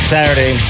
Saturday